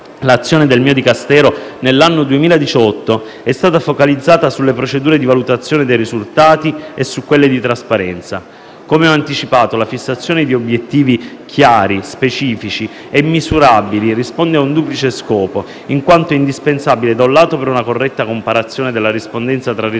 l'azione del mio Dicastero nel 2018 è stata focalizzata sulle procedure di valutazione dei risultati e su quelle di trasparenza. Come ho anticipato, la fissazione di obiettivi chiari, specifici e misurabili risponde a un duplice scopo, in quanto è indispensabile, da un lato, per una corretta comparazione della rispondenza tra risultati